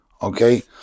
Okay